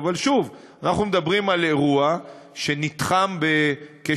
אבל שוב, אנחנו מדברים על אירוע שנתחם בכשבוע.